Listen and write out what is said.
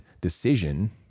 decision